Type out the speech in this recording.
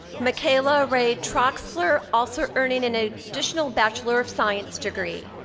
mikayla ray troxler, also earning an ah additional bachelor of science degree.